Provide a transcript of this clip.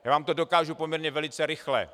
Já vám to dokážu poměrně velice rychle.